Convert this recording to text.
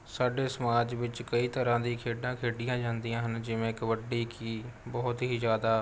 ਸਾਡੇ ਸਮਾਜ ਵਿੱਚ ਕਈ ਤਰ੍ਹਾਂ ਦੀ ਖੇਡਾਂ ਖੇਡੀਆਂ ਜਾਂਦੀਆਂ ਹਨ ਜਿਵੇਂ ਕਬੱਡੀ ਕਿ ਬਹੁਤ ਹੀ ਜ਼ਿਆਦਾ